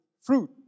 fruit